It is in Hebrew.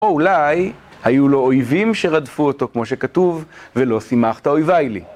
או אולי היו לו אויבים שרדפו אותו, כמו שכתוב, "ולא שימחת אויביי לי".